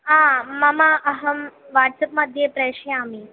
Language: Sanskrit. आ मम अहं वाट्सप्मध्ये प्रेषयामि